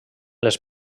les